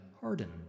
hardened